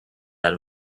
out